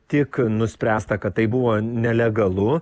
tik nuspręsta kad tai buvo nelegalu